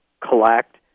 collect